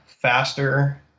faster